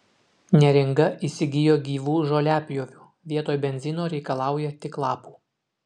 neringa įsigijo gyvų žoliapjovių vietoj benzino reikalauja tik lapų